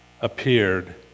appeared